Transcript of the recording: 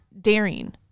daring